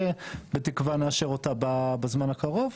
שבתקווה ונאשר אותה בזמן הקרוב,